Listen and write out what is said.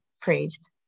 praised